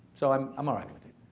so, i'm, i'm all right with it.